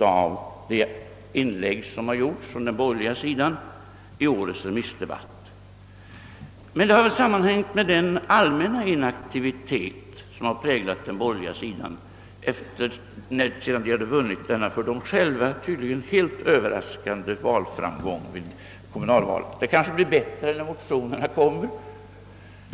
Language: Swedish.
av de inlägg som gjorts från den borgerliga sidan i årets remissdebatt. Jag antar att det sammanhänger med den allmänna inaktivitet som har präglat den borgerliga sidan, sedan de partierna vunnit den för dem själva tydligen helt överraskande framgången vid kommunalvalet. Det blir kanske bättre när motionerna kommer!